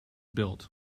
built